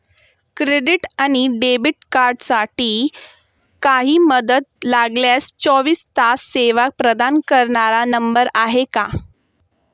Credit आणि debit कार्डसाठी काही मदत लागल्यास चोवीस तास सेवा प्रदान करणारा नंबर आहे का?